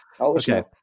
Okay